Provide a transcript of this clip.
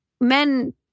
men